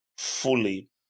fully